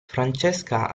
francesca